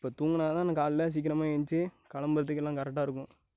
இப்போ தூங்கினாதான் நான் காலைல சீக்கிரமாக எந்திருச்சி கிளம்புறதுக்கு எல்லாம் கரெக்டாகருக்கும்